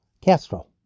Castro